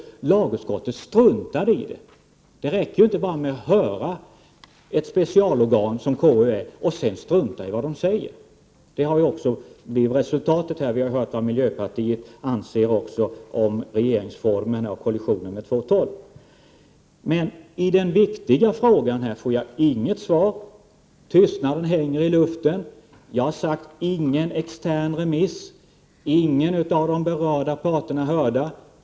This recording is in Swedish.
Jo, lagutskottet struntade i de synpunkterna. Det räcker inte med att höra ett specialorgan och sedan strunta i vad det säger. Vi har också hört vad miljöpartiet anser om kollisionen med bestämmelserna i regeringsformen 2:12. I den viktiga frågan får jag inget svar. Tystnaden hänger i luften, så att säga. Jag har sagt att det inte har förekommit någon extern remissomgång och att ingen av de berörda parterna har hörts.